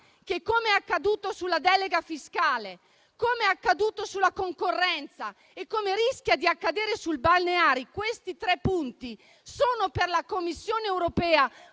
che, come è accaduto sulla delega fiscale, come avvenuto sulla concorrenza e come rischia di accadere sui balneari, questi tre punti sono per la Commissione europea